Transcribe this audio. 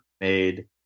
made